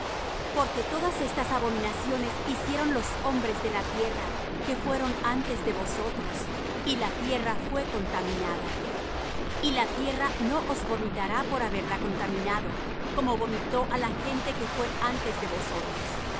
porque todas estas abominaciones hicieron los hombres de la tierra que fueron antes de vosotros y la tierra fue contaminada y la tierra no os vomitará por haberla contaminado como vomitó á la gente que fué antes de vosotros